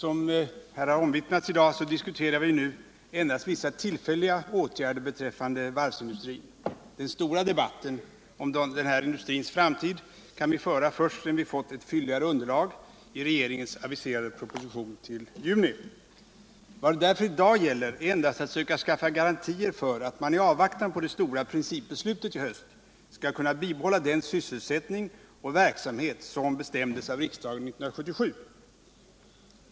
Herr talman! Som här redan omvittnats diskuterar vi i dag endast vissa tillfälliga åtgärder beträffande varvsindustrin. Den stora debatten om denna industris framtid kan vi föra först sedan vi fått ett fylligare underlag i regeringens till juni aviserade proposition. Vad det därför i dag gäller är endast att söka skaffa garantier för att man i avvaktan på det stora principbeslutet i höst skall kunna bibehålla den sysselsättning och verksamhet som bestämdes av riksdagen 1977.